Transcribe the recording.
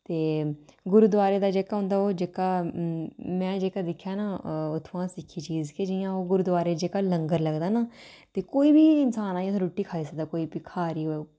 ते गुरुद्वारे दा जेह्का होंदा ओह् जेह्का में जेह्का दिक्खेआ ना उत्थुआं सिक्खी चीज के जि'यां ओह् गुरुद्वारे जेह्का लंगर लगदा ना ते कोई बी इंसान आइयै रुट्टी खाई सकदा कोई भिखारी होऐ